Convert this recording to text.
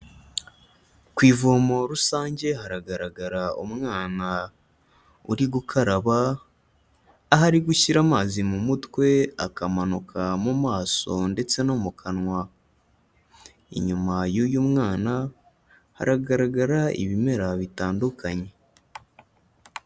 Ku ivomo rusange haragaragara umwana uri gukaraba, aho ari gushyira amazi mu mutwe akamanuka mu maso ndetse no mu kanwa. Inyuma y'uyu mwana haragaragara ibimera bitandukanye.